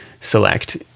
Select